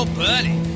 buddy